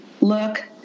look